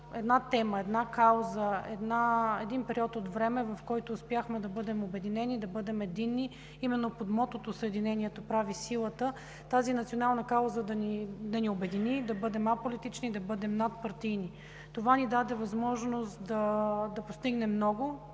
една тема, една кауза, един период от време, в който успяхме да бъдем обединени, да бъдем единни под мотото „Съединението прави силата“. Тази национална кауза ни обедини да бъдем аполитични, да бъдем надпартийни. Това ни даде възможност да постигнем много.